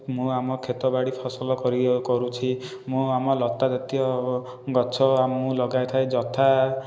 ମୁଁ ଆମ ଖେତ ବାଡ଼ି ଫସଲ କରି କରୁଛି ମୁଁ ଆମ ଲତା ଜାତୀୟ ଗଛ ମୁଁ ଲଗାଇ ଥାଏ ଯଥା